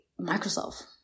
Microsoft